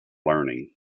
learning